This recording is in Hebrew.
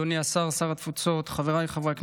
אדוני השר, שר התפוצות, חבריי חברי הכנסת,